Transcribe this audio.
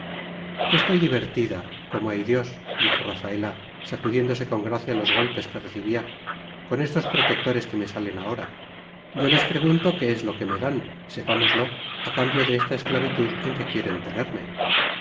estoy divertida como hay dios dijo rafaela sacudiéndose con gracia los golpes que recibía con estos protectores que me salen ahora yo les pregunto qué es lo que me dan sepámoslo a cambio de esta esclavitud en que quieren tenerme